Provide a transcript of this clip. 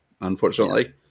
unfortunately